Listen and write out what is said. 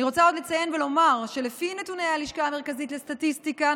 אני רוצה לציין ולומר שלפי נתוני הלשכה המרכזית לסטטיסטיקה,